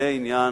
לעניין